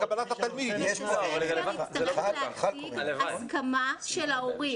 צריכה הסכמה של ההורים.